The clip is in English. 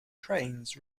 trains